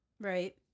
Right